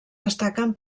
destaquen